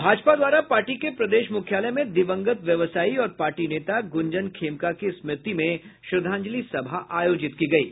भाजपा द्वारा पार्टी के प्रदेश मुख्यालय में दिवंगत व्यवसायी और पार्टी नेता गुंजन खेमका की स्मृति में श्रद्धांजलि सभा आयोजित की गयी